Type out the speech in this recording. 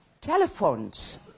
telephones